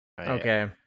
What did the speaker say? okay